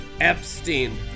Epstein